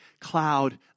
cloud